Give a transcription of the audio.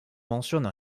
mentionne